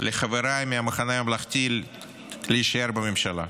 לחבריי מהמחנה הממלכתי להישאר בממשלה.